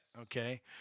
Okay